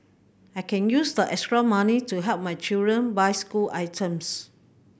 I can use the extra money to help my children buy school items